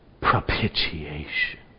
propitiation